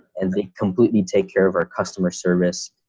and they completely take care of our customer service,